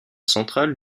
centrale